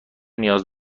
نیاز